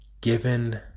given